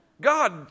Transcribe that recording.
God